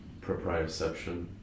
proprioception